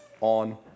on